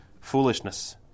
Foolishness